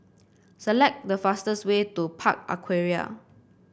select the fastest way to Park Aquaria